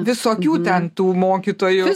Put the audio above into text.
visokių ten tų mokytojų